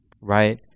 right